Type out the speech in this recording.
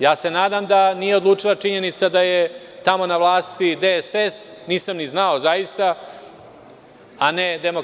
Ja se nadam da nije odlučila činjenica da je tamo na vlasti DSS, nisam ni znao, zaista, a ne DS.